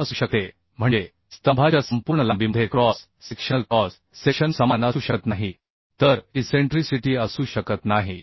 असू शकते म्हणजे स्तंभाच्या संपूर्ण लांबीमध्ये क्रॉस सेक्शनल क्रॉस सेक्शन समान असू शकत नाही तर इसेंट्रिसिटी असू शकत नाही